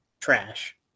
trash